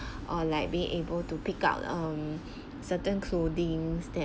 or like being able to pick out um certain clothings that